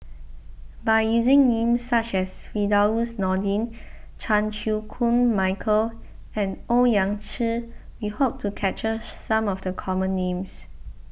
by using names such as Firdaus Nordin Chan Chew Koon Michael and Owyang Chi we hope to capture some of the common names